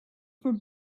from